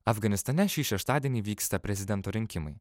afganistane šį šeštadienį vyksta prezidento rinkimai